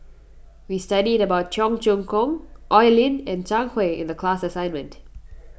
we studied about Cheong Choong Kong Oi Lin and Zhang Hui in the class assignment